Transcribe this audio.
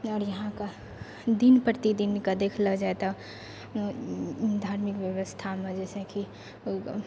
आओर इहाँके दिन प्रतिदिनके देखलौ जाइ तऽ धार्मिक व्यवस्थामे जैसे कि